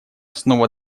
основа